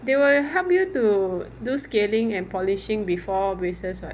they will help you to do scaling and polishing before braces [what]